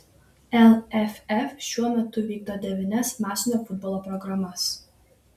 lff šiuo metu vykdo devynias masinio futbolo programas